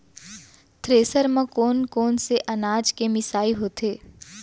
Thresher म कोन कोन से अनाज के मिसाई होथे?